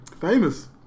Famous